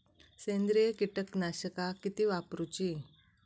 सेंद्रिय कीटकनाशका किती वापरूची?